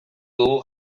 dugu